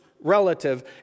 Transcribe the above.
relative